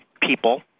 people